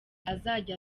azajya